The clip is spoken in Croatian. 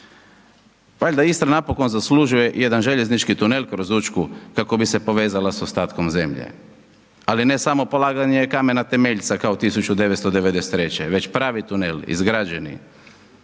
Valjda Istra napokon zaslužuje i jedan željeznički tunel kroz Učku, kako bi se povezala sa ostatkom zemlje, ali ne samo polaganje kamena temeljca kao 1993. već pravi tunel, izgrađeni.